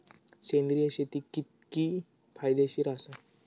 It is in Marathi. सेंद्रिय शेती कितकी फायदेशीर आसा?